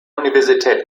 universität